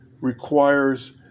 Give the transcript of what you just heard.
requires